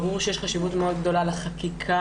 ברור שיש חשיבות מאוד גדולה לחקיקה,